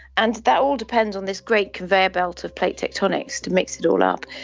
and that all depends on this great conveyor belt of plate tectonics to mix it all up.